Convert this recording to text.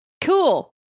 Cool